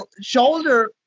shoulder